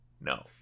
No